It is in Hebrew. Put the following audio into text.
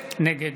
נגד